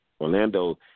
Orlando